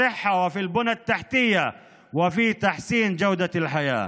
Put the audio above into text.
בתשתיות ולמען שיפור איכות החיים,